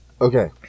Okay